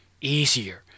Easier